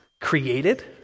created